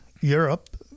Europe